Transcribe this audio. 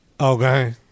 okay